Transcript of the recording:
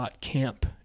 camp